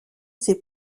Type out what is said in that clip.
ces